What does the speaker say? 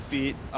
feet